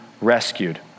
rescued